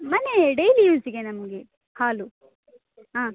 ಮನೆ ಡೈಲಿ ಯೂಸಿಗೆ ನಮಗೆ ಹಾಲು ಹಾಂ